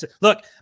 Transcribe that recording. Look